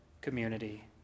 community